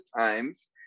times